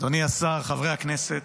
אדוני השר, חברי הכנסת,